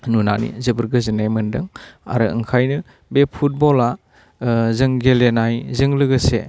नुनानै जोबोद गोजोन्नाय मोन्दों आरो ओंखायनो बे फुटबला जों गेलेनायजों लोगोसे